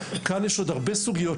כאן יש עוד הרבה סוגיות,